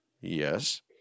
Yes